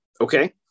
okay